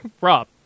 Rob